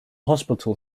hospital